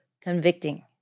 convicting